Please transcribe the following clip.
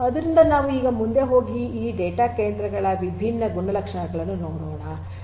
ಆದ್ದರಿಂದ ನಾವು ಈಗ ಮುಂದೆ ಹೋಗಿ ಈ ಡೇಟಾ ಕೇಂದ್ರಗಳ ವಿಭಿನ್ನ ಗುಣಲಕ್ಷಣಗಳನ್ನು ನೋಡೋಣ